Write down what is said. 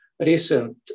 recent